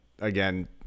again –